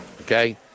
Okay